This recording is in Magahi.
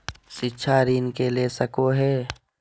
शिक्षा ऋण के ले सको है?